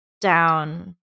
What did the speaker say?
down